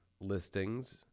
listings